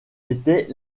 était